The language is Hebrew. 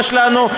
יש לנו,